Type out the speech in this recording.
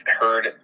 heard